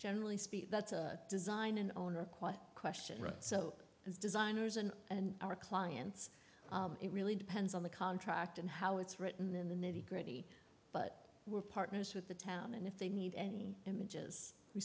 generally speaking that's a design an owner quite a question right so as designers and and our clients it really depends on the contract and how it's written in the nitty gritty but we're partners with the town and if they need any images we